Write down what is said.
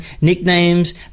nicknames